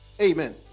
Amen